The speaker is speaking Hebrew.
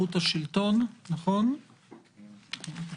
לחוקק חוק שמקל עוד יותר על פיצולי סיעות ויגביר את ה --- הפוליטי,